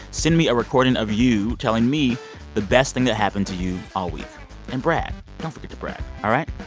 send me a recording of you telling me the best thing that happened to you all week and brag. don't forget to brag, all right?